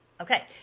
Okay